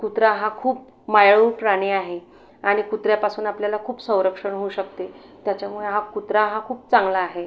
कुत्रा हा खूप मायाळू प्राणी आहे आणि कुत्र्यापासून आपल्याला खूप संरक्षण होऊ शकते त्याच्यामुळे हा कुत्रा हा खूप चांगला आहे